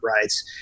rights